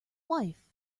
wife